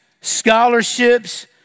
scholarships